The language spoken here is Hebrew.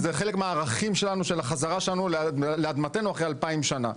זה חלק מהערכים שלנו של החזרה שלנו לאדמתנו אחרי 2000 שנה.